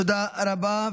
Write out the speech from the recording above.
תודה רבה.